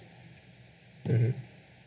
mmhmm